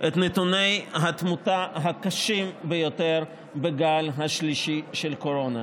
את נתוני התמותה הקשים ביותר בגל השלישי של הקורונה,